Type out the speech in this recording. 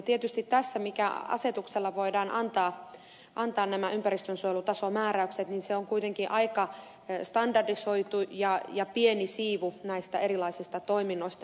tietysti tässä kun asetuksella voidaan antaa nämä ympäristönsuojelutason määräykset niin ne ovat kuitenkin aika standardisoitu ja pieni siivu näistä erilaisista toiminnoista